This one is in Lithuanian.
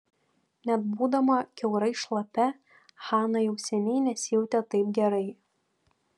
net būdama kiaurai šlapia hana jau seniai nesijautė taip gerai